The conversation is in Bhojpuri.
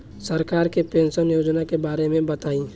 सरकार के पेंशन योजना के बारे में बताईं?